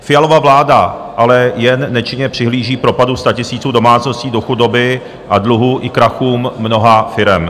Fialova vláda ale jen nečinně přihlíží propadu statisíců domácností do chudoby a dluhům i krachům mnoha firem.